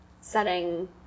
setting